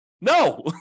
No